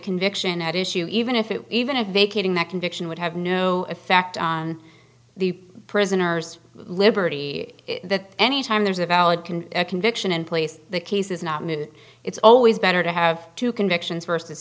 conviction at issue even if it even if vacating that conviction would have no effect on the prisoners liberty that anytime there's a valid can a conviction in place the case is not new it's always better to have two convictions versus